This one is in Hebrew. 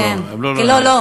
לא, לא.